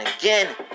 again